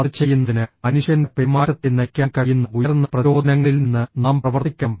അത് ചെയ്യുന്നതിന് മനുഷ്യന്റെ പെരുമാറ്റത്തെ നയിക്കാൻ കഴിയുന്ന ഉയർന്ന പ്രചോദനങ്ങളിൽ നിന്ന് നാം പ്രവർത്തിക്കണം